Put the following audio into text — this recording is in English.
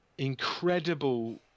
incredible